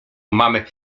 mamy